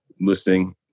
listening